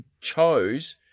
chose